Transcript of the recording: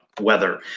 weather